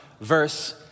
verse